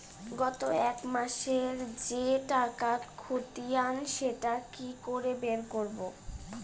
গত এক মাসের যে টাকার খতিয়ান সেটা কি করে বের করব?